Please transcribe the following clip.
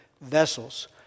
vessels